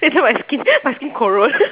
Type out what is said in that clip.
later my skin my skin corrode